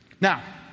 Now